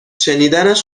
شنیدنش